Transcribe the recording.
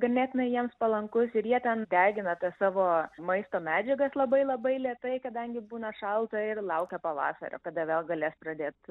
ganėtinai jiems palankus ir jie ten degina tas savo maisto medžiagas labai labai lėtai kadangi būna šalta ir laukia pavasario kada vėl galės pradėt